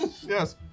Yes